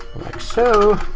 like so.